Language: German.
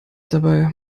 dabei